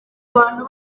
abantu